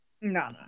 No